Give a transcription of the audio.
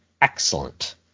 excellent